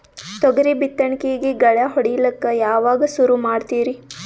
ತೊಗರಿ ಬಿತ್ತಣಿಕಿಗಿ ಗಳ್ಯಾ ಹೋಡಿಲಕ್ಕ ಯಾವಾಗ ಸುರು ಮಾಡತೀರಿ?